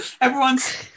everyone's